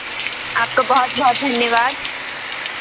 आपका बहुत बहुत धन्यवाद